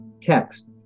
text